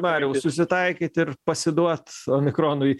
mariau susitaikyt ir pasiduot omikronui